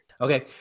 okay